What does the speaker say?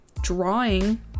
drawing